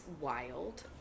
wild